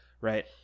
right